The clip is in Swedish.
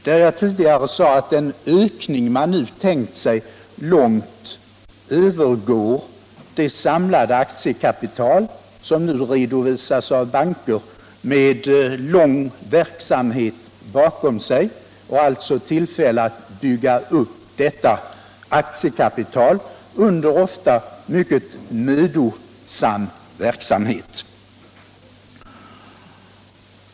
Jag sade tidigare att den ökning som man här tänker sig långt övergår det aktiekapital som nu redovisas av banker, vilka har lång verksamhet bakom sig och som har fått bygga upp detta aktiekapital under ofta mycket mödosam verksamhet.